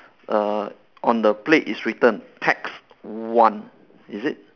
err on the plate is written text one is it